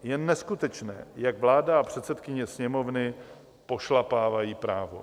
Je neskutečné, jak vláda a předsedkyně Sněmovny pošlapávají právo.